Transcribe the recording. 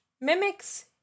mimics